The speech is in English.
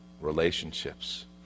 relationships